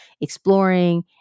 exploring